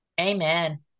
Amen